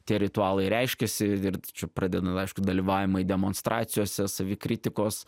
tie ritualai reiškėsi ir čia pradedant aišku dalyvavimai demonstracijose savikritikos